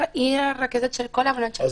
היא הרכזת של כל בנות השירות בשערי צדק.